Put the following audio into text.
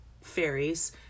fairies